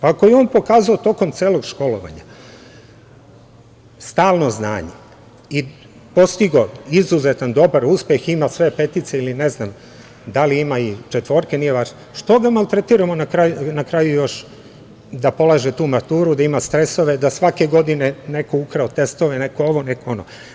Ako je on pokazao tokom celog školovanja stalno znanje i postigao izuzetan, dobar uspeh, ima sve petice ili četvorke, nije važno, što ga maltretiramo na kraju još da polaže tu maturu, da ima stresove, da svake godine neko je ukrao testove, neko ovo, neko ono.